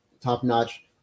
top-notch